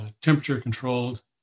temperature-controlled